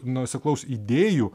nuoseklaus idėjų